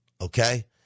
okay